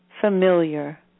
familiar